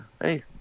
Hey